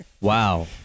Wow